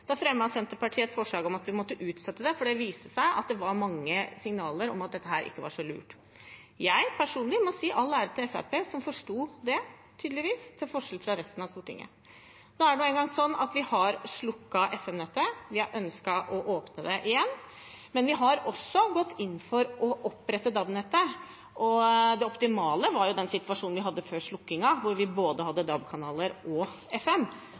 da det nærmet seg slukkedatoen. Da fremmet Senterpartiet et forslag om å utsette det, fordi det viste seg å komme mange signaler om at dette ikke var så lurt. Jeg må personlig si all ære til Fremskrittspartiet, som tydeligvis forsto det, til forskjell fra resten av Stortinget. Nå er det en gang slik at vi har slukket FM-nettet. Vi har ønsket å åpne det igjen, men vi har også gått inn for å opprette DAB-nettet. Det optimale var situasjonen vi hadde før slukkingen, da vi hadde både DAB-kanaler og FM.